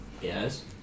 Yes